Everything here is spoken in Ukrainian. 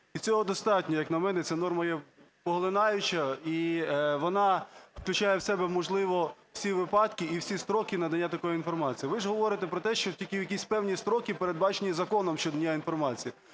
І цього достатньо. Як на мене, ця норма є поглинаюча, і вона включає в себе, можливо, всі випадки і всі строки надання такої інформації. Ви ж говорите про те, що тільки в якісь певні строки, передбачені законом щодо надання інформації.